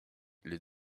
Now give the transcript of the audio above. les